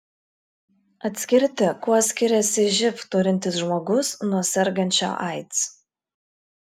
atskirti kuo skiriasi živ turintis žmogus nuo sergančio aids